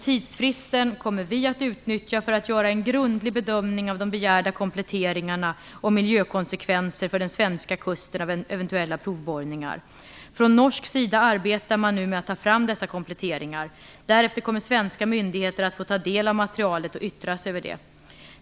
Tidsfristen kommer vi att utnyttja för att göra en grundlig bedömning av de begärda kompletteringarna och miljökonsekvenser för den svenska kusten av eventuella provborrningar. Från norsk sida arbetar man nu med att ta fram dessa kompletteringar. Därefter kommer svenska myndigheter att få tal del av materialet och yttra sig över det.